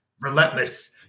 Relentless